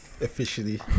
officially